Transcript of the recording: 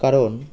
কারণ